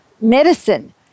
medicine